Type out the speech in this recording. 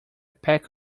peck